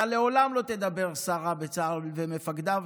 אתה לעולם לא תדבר סרה בצה"ל ובמפקדיו,